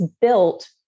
built